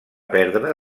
perdre